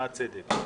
מה הצדק.